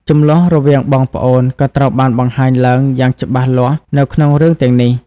ជម្លោះរវាងបងប្អូនក៏ត្រូវបានបង្ហាញឡើងយ៉ាងច្បាស់លាស់នៅក្នុងរឿងទាំងនេះ។